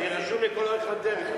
אבל אני רשום לכל אורך הדרך.